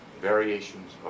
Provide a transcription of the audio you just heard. variations